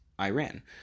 Iran